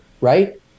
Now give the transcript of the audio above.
right